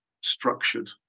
structured